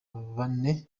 bane